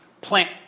Plant